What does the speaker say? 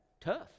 tough